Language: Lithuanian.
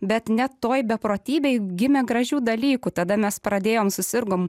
bet net toj beprotybėj gimė gražių dalykų tada mes pradėjom susirgom